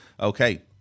okay